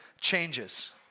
changes